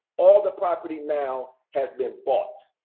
all the property now has been bought.